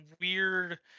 weird